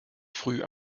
früh